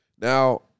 Now